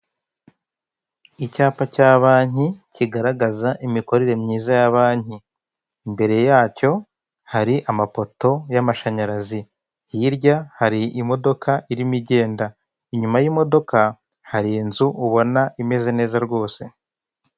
Icyapa cya banki kigaragaza imikorere myiza ya banki, imbere yacyo hari amapoto y'amashanyarazi, hirya hari imodoka irimo igenda, inyuma y'imodoka hari inzu ubona imeze neza rwose.